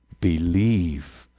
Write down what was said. Believe